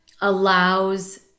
allows